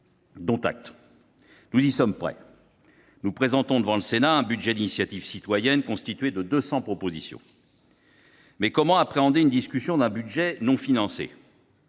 dont acte. Nous y sommes prêts. Nous présentons devant le Sénat un budget d’initiative citoyenne, constitué de 200 propositions. Mais comment appréhender la discussion d’un projet de budget non financé ?